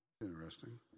Interesting